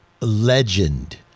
Legend